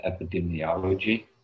epidemiology